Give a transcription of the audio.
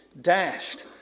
dashed